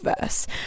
verse